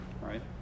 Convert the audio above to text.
right